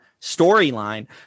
storyline